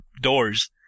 doors